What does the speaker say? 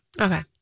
Okay